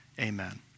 amen